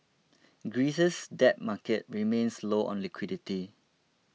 Greece's debt market remains low on liquidity